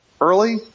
early